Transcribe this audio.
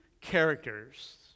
characters